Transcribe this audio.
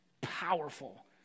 powerful